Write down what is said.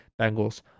Bengals